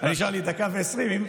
נשארו לי דקה ו-20 שניות.